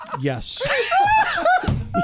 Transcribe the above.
Yes